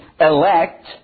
elect